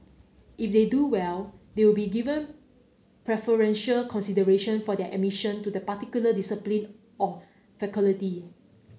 if they do well they will be given preferential consideration for their admission to the particular discipline or faculty